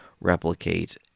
replicate